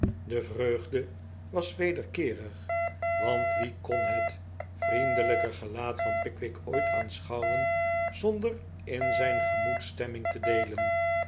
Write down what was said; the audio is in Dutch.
de vreugde was wederkeerigj want wie kon het vriendelijke gelaat van pickwick ooit aanschouwen zonder in zijn gemoedsstemming te deelen